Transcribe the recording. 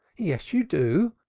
yes, you do,